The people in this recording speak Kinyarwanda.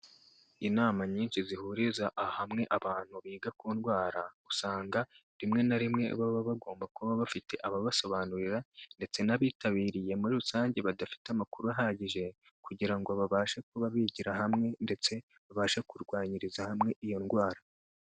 Inama nyinshi zihuriza hamwe abantu biga ku ndwara, usanga rimwe na rimwe baba bagomba kuba bafite ababasobanurira ndetse n'abitabiriye muri rusange badafite amakuru ahagije kugira ngo babashe kuba bigira hamwe ndetse babashe kurwanyiriza hamwe iyo ndwara.